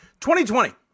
2020